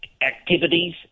activities